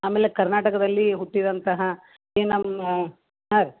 ಆಮೇಲೆ ಕರ್ನಾಟಕದಲ್ಲಿ ಹುಟ್ಟಿದಂತಹ ಈ ನಮ್ಮ ಹಾಂ ರೀ